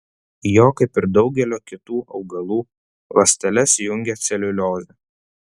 jo kaip ir daugelio kitų augalų ląsteles jungia celiuliozė